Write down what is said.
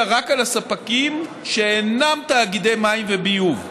רק על הספקים שאינם תאגידי מים וביוב.